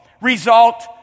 result